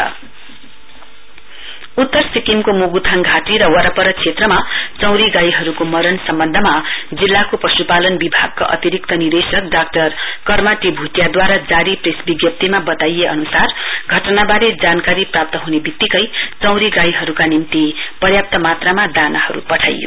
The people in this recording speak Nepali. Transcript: याक देत्य उत्तर सिक्किमको मुग्थाङ घाटी र वरपर क्षेत्रमा चौंरी गाईहरुको मरण सम्बन्धमा जिल्लाको पशुपालन विभागका अतिरिक्त निदेशक डाक्टर कर्माटी भुटिया दूवारा जारी प्रेस विज्ञाप्तीमा बताइए अनुसार स्थानीय घटना वारे जानकारी प्राप्त हुने वित्तिकै चौंरी गाईहरुका निम्ति पर्याप्त मात्रामा दानाहरु पठाइयो